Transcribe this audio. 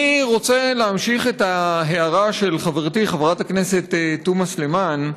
אני רוצה להמשיך את ההערה של חברתי חברת הכנסת תומא סלימאן.